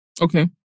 Okay